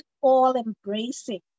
all-embracing